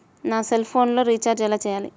నా సెల్ఫోన్కు రీచార్జ్ ఎలా చేయాలి?